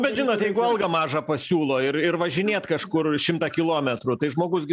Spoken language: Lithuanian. bet žinot jeigu algą mažą pasiūlo ir ir važinėt kažkur šimtą kilometrų tai žmogus gi